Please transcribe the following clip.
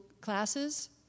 classes